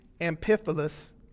Amphipolis